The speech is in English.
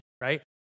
right